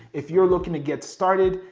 if you're looking to get started,